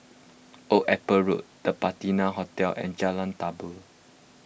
Old Airport Road the Patina Hotel and Jalan Tambur